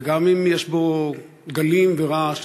וגם אם יש בו גלים ורעש,